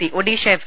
C Odisha F